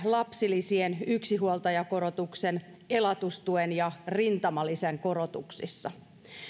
lapsilisien yksinhuoltajakorotuksen elatustuen ja rintamalisän korotuksissa